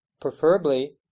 Preferably